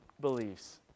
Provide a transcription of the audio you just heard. beliefs